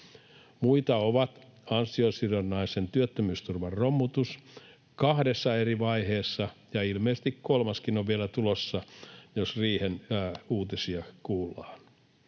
Muita ovat ansiosidonnaisen työttömyysturvan romutus kahdessa eri vaiheessa — ja ilmeisesti kolmaskin on vielä tulossa, jos riihen uutisia kuullaan